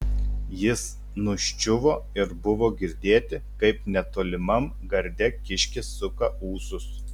jis nuščiuvo ir buvo girdėti kaip netolimam garde kiškis suka ūsus